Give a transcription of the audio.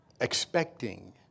expecting